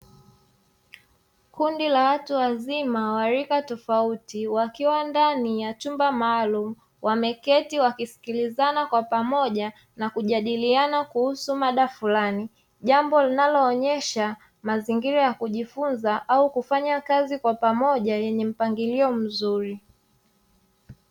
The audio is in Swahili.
Kundi la watu wazima wa rika tofauti, wakiwa ndani ya chumba maalumu. Wameketi wakisikilizana kwa pamoja na kujadiliana kuhusu mada fulani. Jambo linaloonyesha mazingira ya kujifunza au kufanya kazi kwa pamoja, yenye mpangilio mzuri.